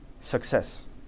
success